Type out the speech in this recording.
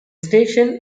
station